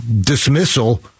dismissal